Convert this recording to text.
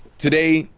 today,